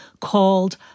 called